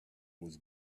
was